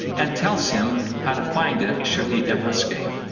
and tells him how to find it should he ever escape.